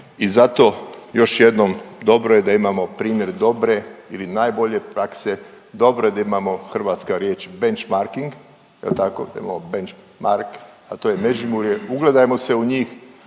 I zato još jednom, dobro je da imamo primjer dobre ili najbolje prakse, dobro je da imamo, hrvatska riječ benchmarking jel tako, da imamo benchmark, a to je Međimurje, ugledajmo se u njih